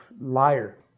liar